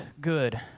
good